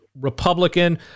Republican